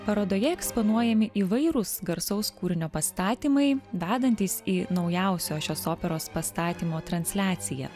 parodoje eksponuojami įvairūs garsaus kūrinio pastatymai vedantys į naujausio šios operos pastatymo transliaciją